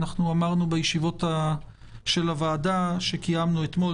אנחנו אמרנו בישיבות של הוועדה שקיימנו אתמול,